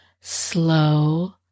slow